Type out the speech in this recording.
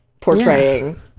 portraying